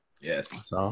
yes